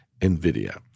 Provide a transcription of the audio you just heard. NVIDIA